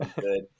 good